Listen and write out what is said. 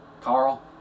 Carl